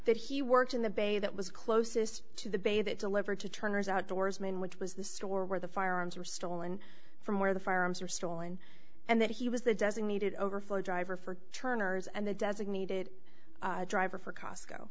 that he worked in the bay that was closest to the bay that delivered to turner's outdoorsman which was the store where the firearms were stolen from where the firearms were stolen and that he was the designated overflow driver for turners and the designated driver for cosco